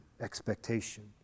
expectation